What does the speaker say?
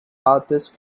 artist